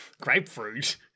Grapefruit